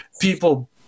people